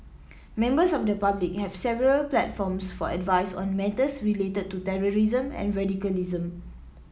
members of the public have several platforms for advice on matters related to terrorism and radicalism